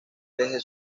desde